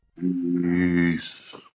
Peace